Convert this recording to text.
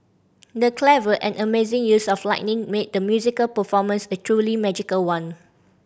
the clever and amazing use of lighting made the musical performance a truly magical one